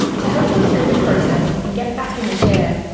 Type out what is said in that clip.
to help them through the process and get back in the chair,